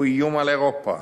הוא איום על אירופה,